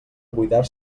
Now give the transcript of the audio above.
buidar